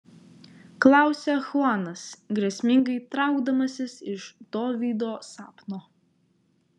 klausia chuanas grėsmingai traukdamasis iš dovydo sapno